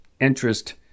interest